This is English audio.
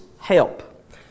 help